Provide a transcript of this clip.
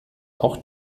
auch